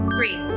Three